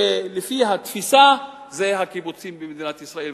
שלפי התפיסה זה הקיבוצים במדינת ישראל.